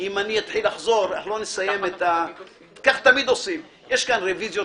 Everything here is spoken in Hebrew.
כי כך תמיד עושים יש כאן רביזיות